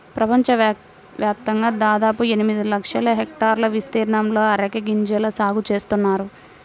ప్రపంచవ్యాప్తంగా దాదాపు ఎనిమిది లక్షల హెక్టార్ల విస్తీర్ణంలో అరెక గింజల సాగు చేస్తున్నారు